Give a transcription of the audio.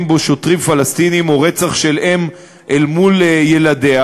בו שוטרים פלסטינים או רצח אם אל מול ילדיה,